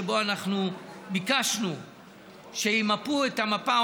שבו אנחנו ביקשנו שימפו את המפה,